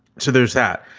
so there's that.